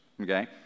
okay